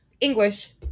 English